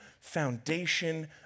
foundation